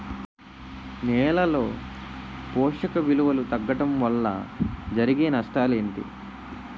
నేలలో పోషక విలువలు తగ్గడం వల్ల జరిగే నష్టాలేంటి?